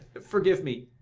forgive me!